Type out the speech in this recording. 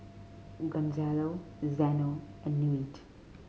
Gonzalo Zeno and Newt